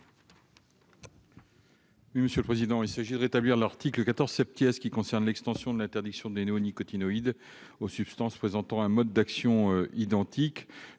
à M. le ministre. Il s'agit de rétablir l'article 14 , qui concerne l'extension de l'interdiction des néonicotinoïdes aux substances présentant un mode d'action identique.